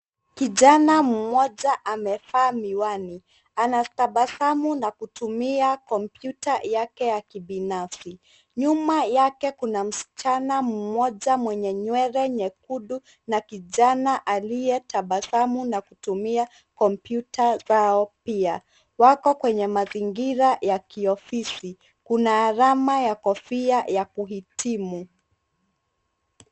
Kijana mmoja amevaa miwani. Anatabasamu na kutumia komputa yake ya kibinafsi. Nyuma yake kuna msichana mmoja mwenye nywele nyekundu na kijana aliyetabasamu na kutumia komputa zao pia. Wako kwenye mazingira ya kiofisi. Kuna alama ya kofia ya kuhitimu.